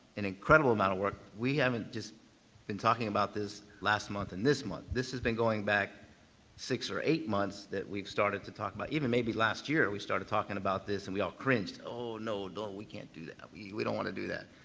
an incredible amount of work. we haven't just been talking about this last month and this month. this has been going back six or eight months that we've started to talk about even maybe last year we started talking about this and we all cringed, oh, no, we can't do that we we don't want do that,